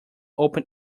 open